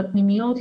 לפנימיות,